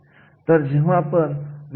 या गोष्टी आपण समजून घेणे गरजेचे आहे